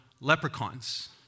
leprechauns